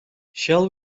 shall